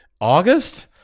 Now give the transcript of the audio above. August